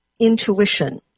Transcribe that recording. intuition